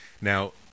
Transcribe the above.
Now